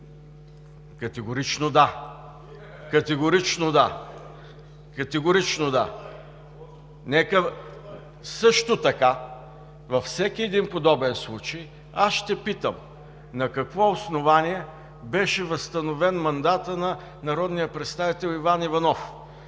Категорично – да! Категорично – да! Също така във всеки един подобен случай ще питам: на какво основание беше възстановен мандатът на народния представител Иван Иванов,